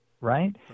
right